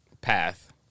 path